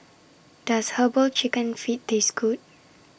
Does Herbal Chicken Feet Taste Good